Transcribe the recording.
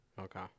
Okay